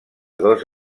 dos